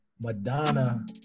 Madonna